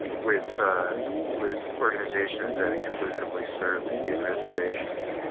with with organizations that exclusively serve indian reservations,